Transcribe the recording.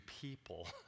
people